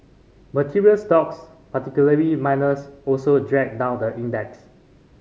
material stocks particularly miners also dragged down the index